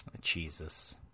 Jesus